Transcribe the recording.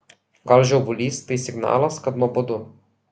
gal žiovulys tai signalas kad nuobodu